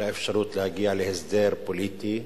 לאפשרות להגיע להסדר פוליטי,